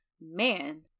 Man